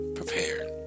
prepared